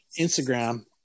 Instagram